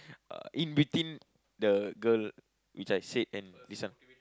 uh in between the girl which I said and this one